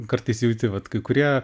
kartais jauti vat kai kurie